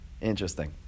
Interesting